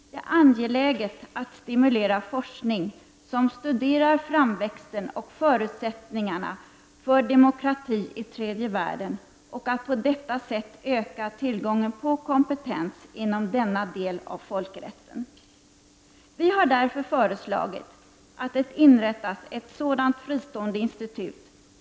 Det är angeläget att stimulera forskning som studerar framväxten och förutsättningarna för demokrati i tredje världen och att på detta sätta öka tillgången på kompetens inom denna del av folkrätten. Vi har därför föreslagit att ett sådant fristående institut skall inrättas.